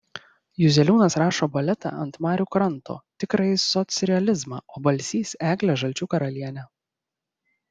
juzeliūnas rašo baletą ant marių kranto tikrąjį socrealizmą o balsys eglę žalčių karalienę